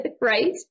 right